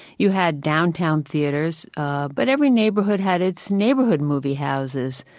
you had downtown theaters ah but every neighborhood had its neighborhood movie houses.